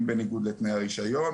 אם בניגוד לתנאי הרישיון,